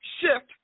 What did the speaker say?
Shift